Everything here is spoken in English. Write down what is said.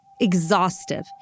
exhaustive